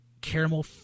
caramel